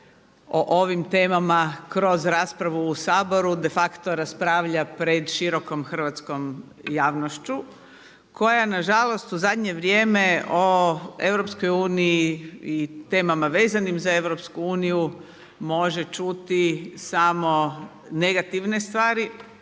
o ovim temama kroz raspravu u Saboru de facto raspravlja pred širokom hrvatskom javnošću koja nažalost u zadnje vrijeme o EU i temama vezanim za EU može čuti samo negativne stvari